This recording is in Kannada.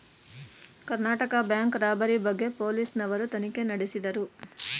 ಕರ್ನಾಟಕ ಬ್ಯಾಂಕ್ ರಾಬರಿ ಬಗ್ಗೆ ಪೊಲೀಸ್ ನವರು ತನಿಖೆ ನಡೆಸಿದರು